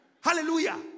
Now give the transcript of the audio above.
Hallelujah